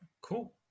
cool